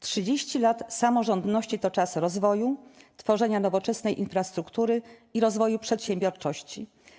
30 lat samorządności to czas rozwoju, tworzenia nowoczesnej infrastruktury i rozwoju przedsiębiorczości.